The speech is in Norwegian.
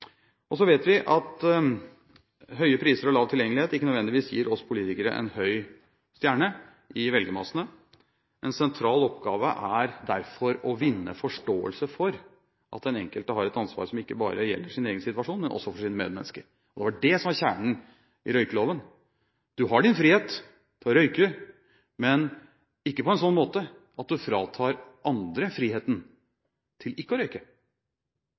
Så vet vi at høye priser og lav tilgjengelighet ikke nødvendigvis gir oss politikere en høy stjerne i velgermassene. En sentral oppgave er derfor å vinne forståelse for at den enkelte har et ansvar som ikke bare gjelder sin egen situasjon, men også sine medmennesker. Det var det som var kjernen i røykeloven. Du har din frihet til å røyke, men ikke på en slik måte at du fratar andre friheten til